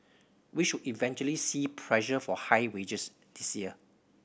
we should eventually see pressure for higher wages this year